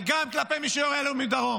גם כלפי מי שיורה עלינו מדרום.